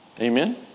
amen